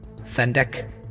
Fendek